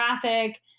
graphic